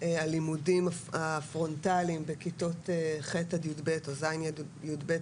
הלימודים הפרונטליים בכיתות ח'-י"ב או ז'-י"ב,